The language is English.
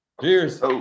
Cheers